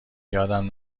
یادم